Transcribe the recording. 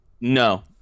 No